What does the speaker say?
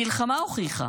המלחמה הוכיחה